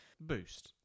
boost